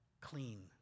clean